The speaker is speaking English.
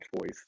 choice